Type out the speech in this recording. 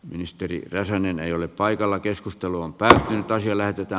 ministeri räsänen ei ole paikalla keskusteluun päähän toiselle ja